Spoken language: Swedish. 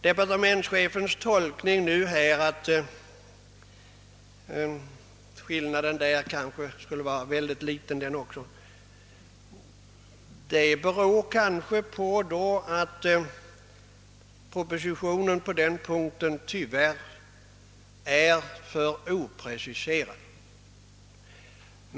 Departementschefens tolkning att skillnaden härvidlag skulle vara mycket liten beror kanske på att propositionen på denna punkt tyvärr är för litet preciserad.